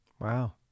Wow